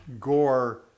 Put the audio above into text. Gore